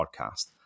podcast